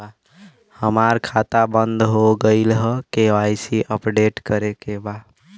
हमार खाता बंद हो गईल ह के.वाइ.सी अपडेट करे के बा?